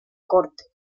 corte